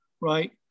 right